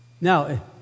Now